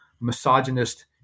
misogynist